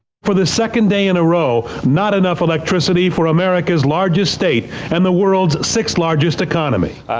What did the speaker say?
for the second day in a row not enough electricity for america's largest state, and the world's sixth largest economy.